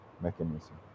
mechanism